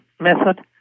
method